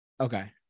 Okay